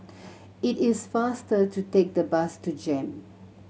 it is faster to take the bus to JEM